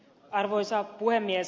arvoisa puhemies